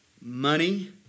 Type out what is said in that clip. money